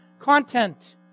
content